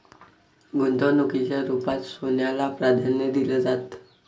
गुंतवणुकीच्या रुपात सोन्याला प्राधान्य दिलं जातं